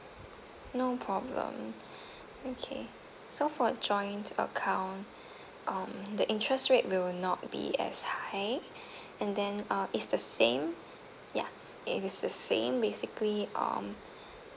no problem okay so for joint account um the interest rate will not be as high and then uh it's the same ya it is the same basically um